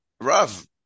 Rav